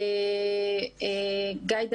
גיא דגן,